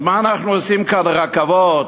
אז מה אנחנו עושים כאן רכבות,